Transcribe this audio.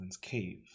cave